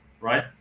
right